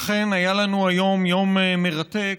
אכן, היה לנו היום יום מרתק.